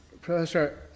Professor